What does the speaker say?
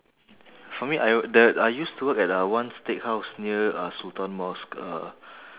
for me I the I used to work at a one steakhouse near uh sultan mosque uh